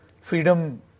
freedom